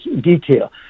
detail